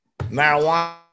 marijuana